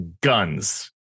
guns